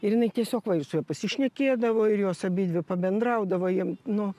ir jinai tiesiog va ir su juo pasišnekėdavo ir jos abidvi pabendraudavo jiem nu